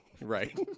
right